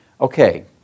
Okay